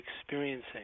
experiencing